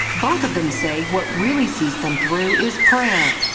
both of them say what really sees them through is prayer.